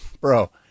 bro